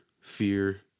fear